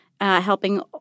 helping